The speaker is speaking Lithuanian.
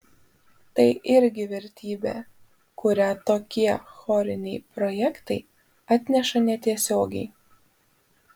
tai irgi vertybė kurią tokie choriniai projektai atneša netiesiogiai